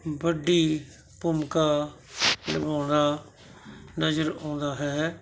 ਵੱਡੀ ਭੂਮਿਕਾ ਨਿਭਾਉਣਾ ਨਜ਼ਰ ਆਉਂਦਾ ਹੈ